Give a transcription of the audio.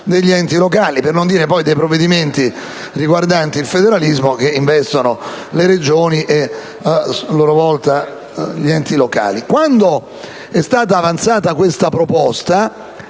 per non parlare dei provvedimenti riguardanti il federalismo che investono le Regioni e gli altri enti locali.